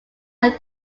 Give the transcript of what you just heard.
are